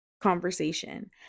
conversation